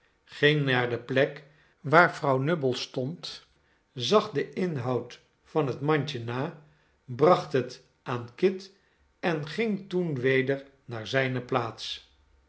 ging naar de plek waar vrouw nubbles stond zag den inhoud van het mandje na bracht het aan kit en ging toen weder naar zijne plaats